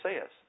says